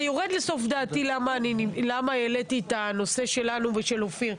אתה יורד לסוף דעתי למה העליתי את הנושא שלנו ושל אופיר.